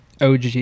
OG